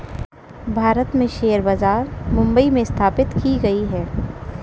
भारत में शेयर बाजार मुम्बई में स्थापित की गयी है